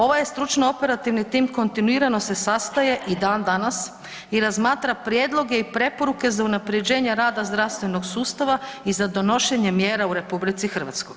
Ovaj je stručno operativni tim kontinuirano se sastaje i dan danas i razmatra prijedloge i preporuke za unaprjeđenje rada zdravstvenog sustava i za donošenje mjera u RH.